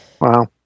Wow